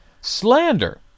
Slander